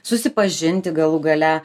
susipažinti galų gale